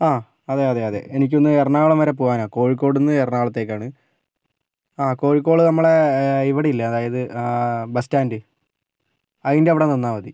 ആ അതെ അതെ അതെ എനിക്കൊന്ന് എറണാകുളം വരെ പോകാനാണ് കോഴിക്കോട് നിന്ന് എറണാകുളത്തേക്കാണ് ആ കോഴിക്കോട് നമ്മളുടെ ഇവിടെ ഇല്ലേ അതായത് ബസ് സ്റ്റാൻഡ് അതിൻ്റെ അവിടെ നിന്നാൽ മതി